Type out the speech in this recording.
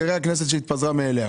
תראה הכנסת כאילו התפטרה מאליה?